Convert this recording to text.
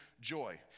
joy